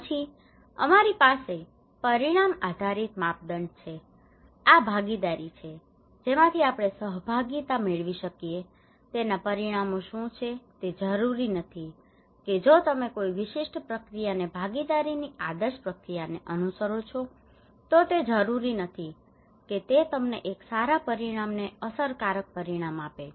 પછી અમારી પાસે પરિણામ આધારિત માપદંડ છે આ ભાગીદારી છે જેમાંથી આપણે સહભાગિતા મેળવી શકીએ તેના પરિણામો શું છે તે જરૂરી નથી કે જો તમે કોઈ વિશિષ્ટ પ્રક્રિયાને ભાગીદારીની આદર્શ પ્રક્રિયાને અનુસરો છો તો તે જરૂરી નથી કે તે તમને એક સારા પરિણામને અસરકારક પરિણામ આપે